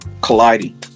colliding